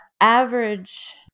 average